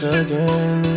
again